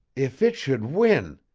if it should win!